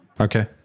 Okay